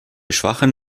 schwachem